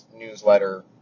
newsletter